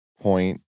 point